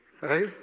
Right